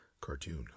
Cartoon